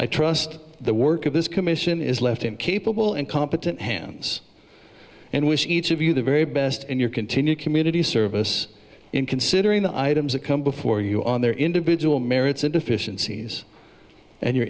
i trust the work of this commission is left in capable and competent hands and wish each of you the very best and your continued community service in considering the items that come before you on their individual merits and deficiencies and your